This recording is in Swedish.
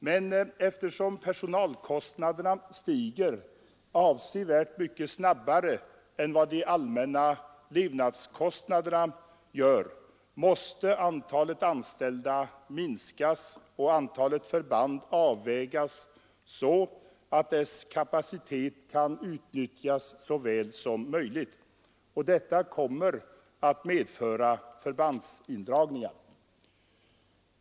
Men eftersom personalkostnaderna stiger avsevärt mycket snabbare än de allmänna levnadskostnaderna, måste antalet anställda minskas och antalet förband avvägas så att deras kapacitet kan utnyttjas så väl som möjligt. Detta kommer att medföra förbandsindragningar.